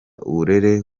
uburere